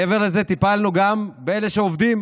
מעבר לזה, טיפלנו גם באלה שעובדים,